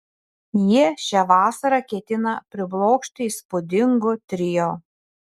jie šią vasarą ketina priblokšti įspūdingu trio